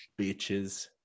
bitches